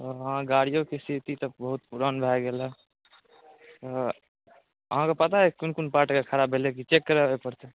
हँ गाड़ियोके स्थिति तऽ बहुत पुरान भए गेल हँ अहाँके पता अइ कोन कोन पार्ट एकर खराब भेलै की चेक कराबऽ पड़तै